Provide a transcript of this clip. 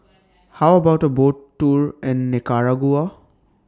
How about A Boat Tour in Nicaragua